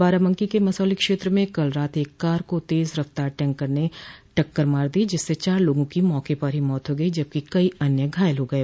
बाराबंकी के मसौली क्षेत्र में कल रात एक कार को तेज रफ्तार टैंकर ने टक्कर मार दी जिससे चार लोगों की मौके पर ही मौत हो गई जबकि कई अन्य घायल हो गये